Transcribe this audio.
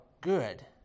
good